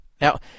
Now